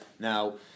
Now